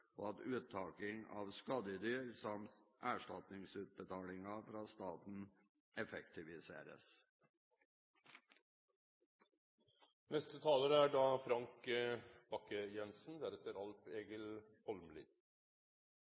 og at uttak av skadedyr samt erstatningsutbetalinger fra staten effektiviseres. Det er